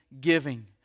giving